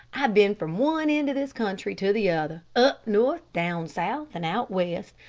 i've been from one end of this country to the other. up north, down south, and out west,